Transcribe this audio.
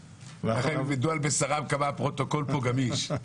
ככה הם ידעו על בשרם כמה הפרוטוקול פה גמיש.